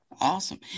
Awesome